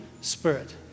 Spirit